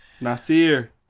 Nasir